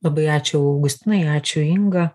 labai ačiū augustinai ačiū inga